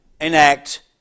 enact